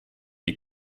die